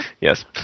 yes